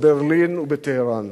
בברלין ובטהרן.